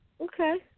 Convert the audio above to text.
okay